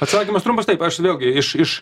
atsakymas trumpas taip aš vėlgi iš iš